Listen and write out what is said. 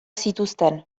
zituzten